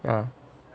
ah